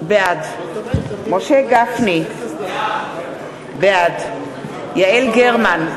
בעד משה גפני, בעד יעל גרמן,